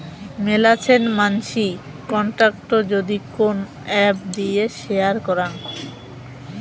মেলাছেন মানসি কন্টাক্ট যদি কোন এপ্ দিয়ে শেয়ার করাং